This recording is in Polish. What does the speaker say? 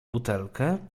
butelkę